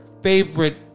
favorite